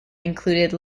included